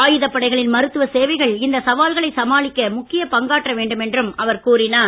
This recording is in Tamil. ஆயுதப் படைகளின் மருத்துவச் சேவைகள் இந்த சவால்களை சமாளிக்க முக்கியப் பங்காற்ற வேண்டும் என்றும் அவர் கூறினார்